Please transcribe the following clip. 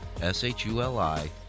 S-H-U-L-I